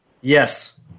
Yes